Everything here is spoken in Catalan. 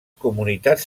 comunitats